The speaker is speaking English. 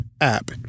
app